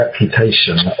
reputation